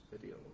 video